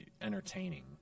entertaining